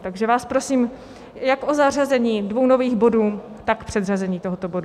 Takže vás prosím jak o zařazení dvou nových bodů, tak předřazení tohoto bodu.